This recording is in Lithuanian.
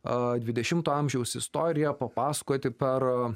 o dvidešimto amžiaus istoriją papasakoti per e